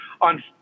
on